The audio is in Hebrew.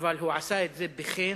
אבל הוא עשה את זה בחן,